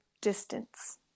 distance